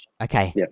Okay